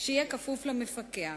שיהיה כפוף למפקח.